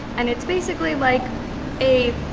and it's basically like a